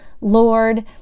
lord